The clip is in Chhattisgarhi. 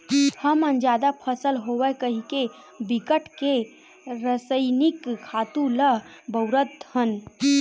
हमन जादा फसल होवय कहिके बिकट के रसइनिक खातू ल बउरत हन